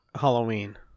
Halloween